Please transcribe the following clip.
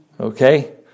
Okay